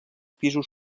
pisos